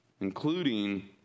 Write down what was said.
including